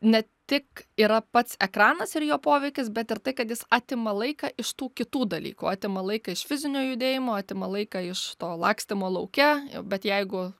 ne tik yra pats ekranas ir jo poveikis bet ir tai kad jis atima laiką iš tų kitų dalykų atima laiką iš fizinio judėjimo atima laiką iš to lakstymo lauke bet jeigu